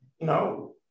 No